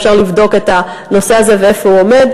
אפשר לבדוק את הנושא הזה ואיפה הוא עומד,